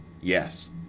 yes